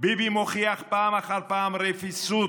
ביבי מוכיח פעם אחר פעם רפיסות